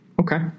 Okay